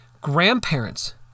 Grandparents